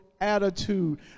attitude